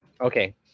Okay